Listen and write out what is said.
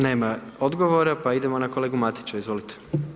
Nema odgovora, pa idemo na kolegu Matića, izvolite.